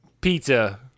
pizza